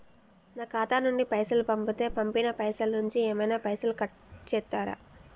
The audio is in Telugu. నా ఖాతా నుండి పైసలు పంపుతే పంపిన పైసల నుంచి ఏమైనా పైసలు కట్ చేత్తరా?